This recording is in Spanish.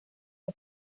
que